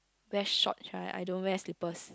wear shorts right I don't wear slippers